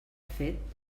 fet